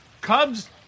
Cubs